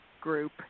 Group